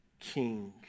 king